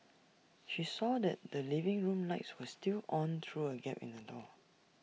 she saw that the living room lights were still on through A gap in the door